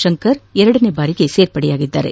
ಶಂಕರ್ ಎರಡನೇ ಬಾರಿಗೆ ಸೇರ್ಪಡೆಯಾಗಿದ್ದಾರೆ